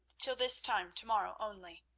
till this time to-morrow only.